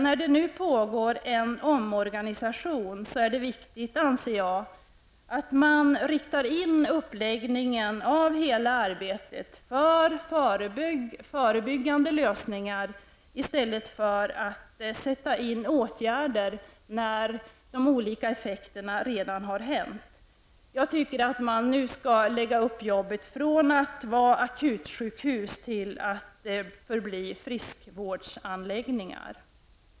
När det nu pågår en omorganisation är det viktigt, anser jag, att man riktar in uppläggningen av hela arbetet på förebyggande lösningar i stället för att sätta in åtgärder när de olika effekterna redan har uppkommit. Jag tycker att man nu skall lägga upp verksamheten så, att den övergår från att vara ''akutsjukhus'' till att bli ''friskvårdsanläggning''.